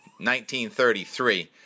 1933